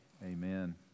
Amen